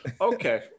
Okay